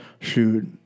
shoot